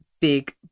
big